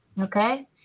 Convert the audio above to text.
Okay